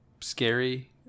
scary